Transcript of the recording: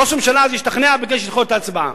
ראש הממשלה אז השתכנע, ביקש לדחות את ההצבעה.